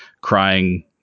crying